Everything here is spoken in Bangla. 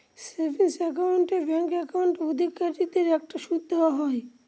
সেভিংস একাউন্ট এ ব্যাঙ্ক একাউন্ট অধিকারীদের একটা সুদ দেওয়া হয়